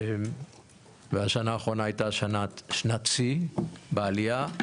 והשנה האחרונה הייתה שנת שיא בעלייה.